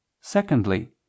secondly